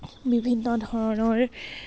বিভিন্ন ধৰণৰ